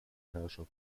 herrscher